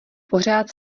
pořád